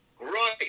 Right